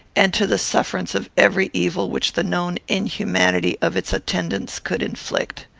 and to the sufferance of every evil which the known inhumanity of its attendants could inflict.